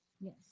Yes